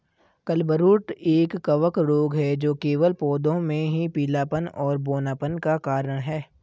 clubroot एक कवक रोग है जो केवल पौधों में पीलापन और बौनापन का कारण है